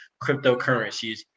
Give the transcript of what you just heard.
cryptocurrencies